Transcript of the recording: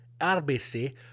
RBC